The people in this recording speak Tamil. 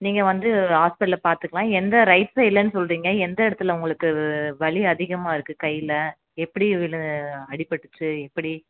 நீங்கள் வந்து ஹாஸ்பிட்டல்லில் பார்த்துக்கலாம் எந்த ரைட் சைட்லேன்னு சொல்கிறீங்க எந்த இடத்துல உங்களுக்கு வலி அதிகமாக இருக்குது கையில் எப்படி இதில் அடிப்பட்டுச்சு எப்படி